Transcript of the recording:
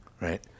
right